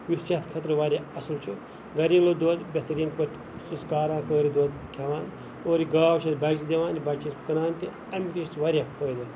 یُس صحتہٕ خٲطرٕ واریاہ اَصٕل چھُ گَریلوٗ دۄد بہتریٖن پٲٹھۍ سُہ چھِ أسۍ کاران کٲرِتھ دۄد کھیوان اور یہِ گاو چھِ اَسہِ بَچہِ دِوان یہِ بَچہِ چھِ أسۍ کٕنان تہٕ امکۍ تہِ چھُ اَسہِ واریاہ فٲیدٕ